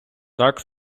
так